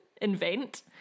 invent